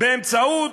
באמצעות